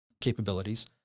capabilities